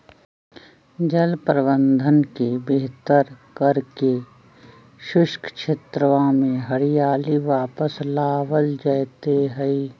जल प्रबंधन के बेहतर करके शुष्क क्षेत्रवा में हरियाली वापस लावल जयते हई